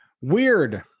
Weird